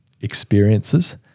experiences